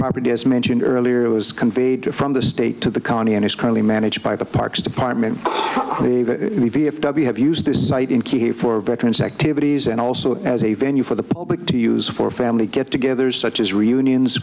property as mentioned earlier was conveyed to from the state to the county and is currently managed by the parks department if you have used this site in key for veterans activities and also as a venue for the public to use for a family get togethers such as reunions